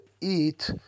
eat